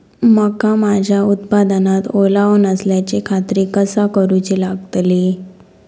मका माझ्या उत्पादनात ओलावो नसल्याची खात्री कसा करुची लागतली?